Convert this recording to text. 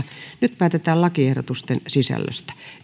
nyt päätetään lakiehdotusten sisällöstä